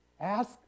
ask